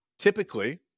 Typically